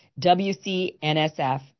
WCNSF